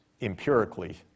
empirically